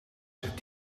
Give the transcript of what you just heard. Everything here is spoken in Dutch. zich